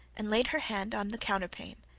and laid her hand on the counterpane.